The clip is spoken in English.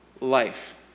life